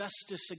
justice